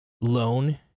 loan